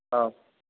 ആ